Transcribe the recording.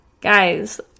Guys